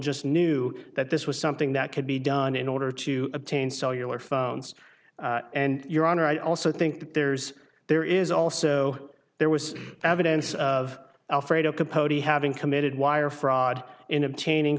just knew that this was something that could be done in order to obtain cellular phones and your honor i also think that there's there is also there was evidence of alfredo kaposi having committed wire fraud in obtaining